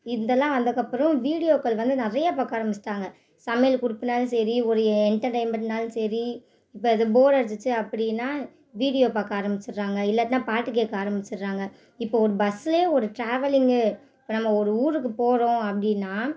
இத்தெல்லாம் வந்தக்கப்புறம் வீடியோக்கள் வந்து நிறையா பார்க்க ஆரம்பிச்சிட்டாங்கள் சமையல் குறிப்புனாலும் சரி ஒரு எண்டர்டெயின்மெண்ட்னாலும் சரி இப்போ அது போர் அடிச்சிச்சு அப்படின்னா வீடியோ பார்க்க ஆரம்பிச்சிடுறாங்க இல்லாட்டினால் பாட்டு கேட்க ஆரம்பிச்சிடுறாங்க இப்போ ஒரு பஸ்லேயே ஒரு ட்ராவலிங்கே இப்போ நம்ம ஒரு ஊருக்கு போகிறோம் அப்படின்னா